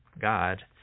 God